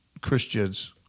Christians